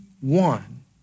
one